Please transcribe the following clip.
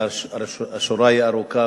והשורה היא ארוכה,